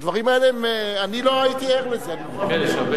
הדברים האלה, אני לא הייתי ער לזה, אני מוכרח